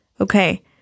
Okay